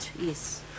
Yes